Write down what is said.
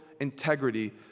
integrity